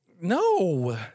No